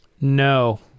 no